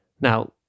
Now